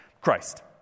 Christ